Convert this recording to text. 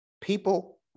people